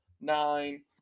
nine